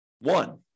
one